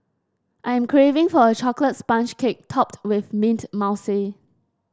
I am craving for a chocolate sponge cake topped with mint mousse